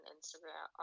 Instagram